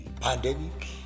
pandemic